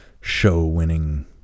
show-winning